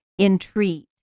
entreat